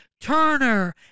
Turner